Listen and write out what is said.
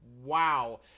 wow